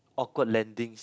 awkward landings